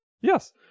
Yes